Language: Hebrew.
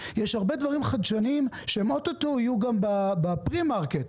יש הרבה דברים חדשניים שהם אוטוטו יהיו גם ב-pre market,